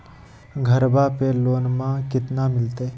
घरबा पे लोनमा कतना मिलते?